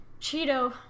Cheeto